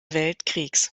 weltkriegs